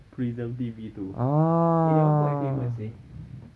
prism T_V tu eh that one quite famous seh